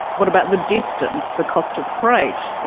what about the distance, the cost of freight,